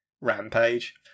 rampage